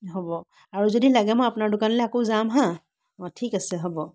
হ'ব আৰু যদি লাগে মই আপোনাৰ দোকানলৈ আকৌ যাম হাঁ অঁ ঠিক আছে হ'ব